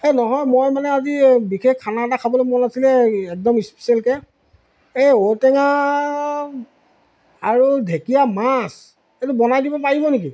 এই নহয় মই মানে আজি বিশেষ খানা এটা খাবলৈ মন আছিলে একদম স্পেচিয়েলকৈ এই ঔটেঙা আৰু ঢেকীয়া মাছ এইটো বনাই দিব পাৰিব নেকি